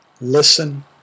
listen